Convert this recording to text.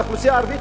האוכלוסייה הערבית,